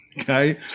Okay